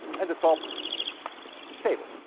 and the top is stable.